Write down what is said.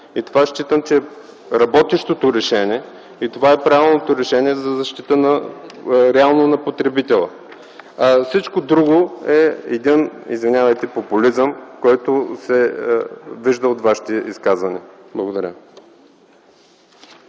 Считам, че това е работещото решение. То е правилното решение за защита реално на потребителя. А всичко друго е един, извинявайте, популизъм, който се вижда от Вашите изказвания. Благодаря.